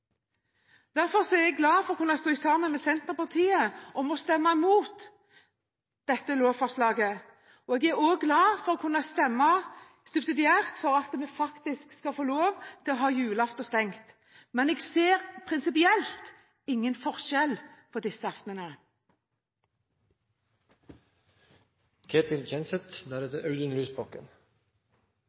Derfor er jeg glad for å kunne stå sammen med Senterpartiet om å stemme imot dette lovforslaget, og jeg er også glad for å kunne stemme subsidiært for at vi faktisk skal få lov til å ha stengt julaften. Men jeg ser prinsipielt ingen forskjell på disse